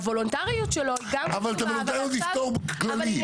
הוולונטריות שלו היא גם --- אבל את הוולונטריות נפתור בכללי.